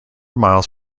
miles